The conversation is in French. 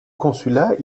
consulat